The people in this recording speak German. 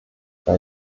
bei